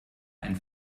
ein